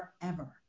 forever